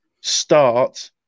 start